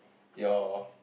your